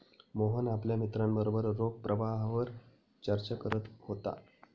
मोहन आपल्या मित्रांबरोबर रोख प्रवाहावर चर्चा करत होता